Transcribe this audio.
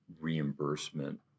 reimbursement